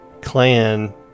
clan